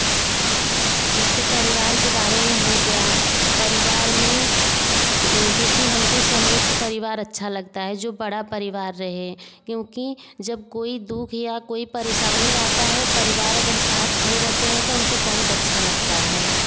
जैसे परिवार के बारे में हो गया परिवार में यह देखिए हमको संयुक्त परिवार अच्छा लगता है जो बड़ा परिवार रहे क्योंकि जब कोई दुख या कोई परेशानी आता है परिवार अगर साथ खड़े रहते हैं तो हमको बहुत अच्छा लगता है